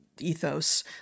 ethos